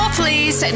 please